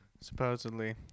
supposedly